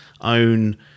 own